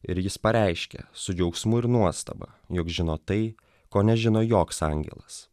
ir jis pareiškia su džiaugsmu ir nuostaba jog žino tai ko nežino joks angelas